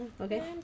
Okay